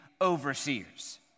overseers